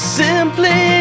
simply